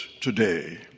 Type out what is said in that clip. today